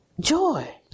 joy